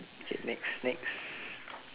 okay next next